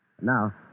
Now